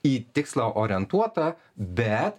į tikslą orientuota be